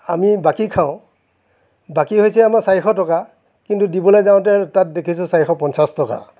আমি বাকী খাওঁ বাকী হৈছে আমাৰ চাৰিশ টকা কিন্তু দিবলৈ যাওঁতে তাত দেখিছো চাৰিশ পঞ্চাছ টকা